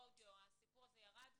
הסיפור הזה ירד.